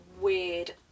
weird